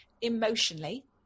emotionally